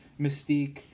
Mystique